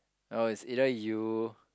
oh it's either you